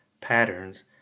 patterns